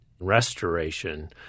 restoration